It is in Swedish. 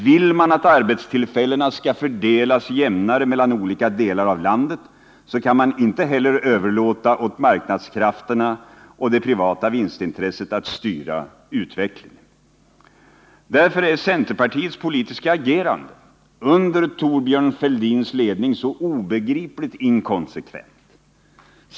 Vill man att arbetstillfällena skall fördelas jämnare mellan olika delar av landet, så kan man inte heller överlåta åt marknadskrafterna och det privata vinstintresset att styra utvecklingen. Därför är centerpartiets politiska agerande under Thorbjörn Fälldins ledning så obegripligt inkonsekvent.